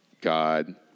God